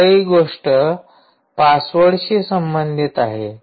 दुसरी गोष्ट पासवर्डशी संबंधित आहे